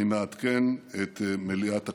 אני מעדכן את מליאת הכנסת.